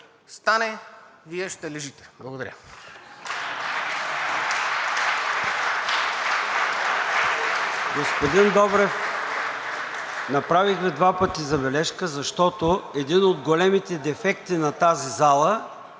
стане, Вие ще лежите. Благодаря.